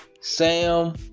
Sam